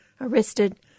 arrested